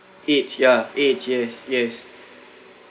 age ya age yes yes